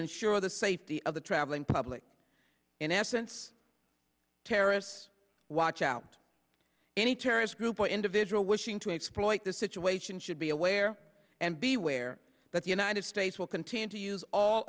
ensure the safety of the traveling public in essence terrorists watch out any terrorist group or individual wishing to exploit the situation should be aware and be ware that the united states will continue to use all